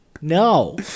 No